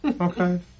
Okay